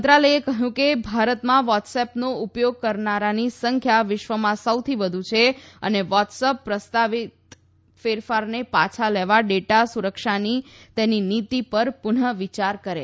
મંત્રાલયે કહ્યું કે ભારતમાં વોટસએપનો ઉપયોગ કરનારની સંખ્યા વિશ્વમાં સૌથી વધુ છે અને વોટ્સઅપ પ્રસ્તાવિત ફેરફારને પાછા લેવા અને ડેટા સુરક્ષાની તેની નીતી પર પુનઃવિચાર કરે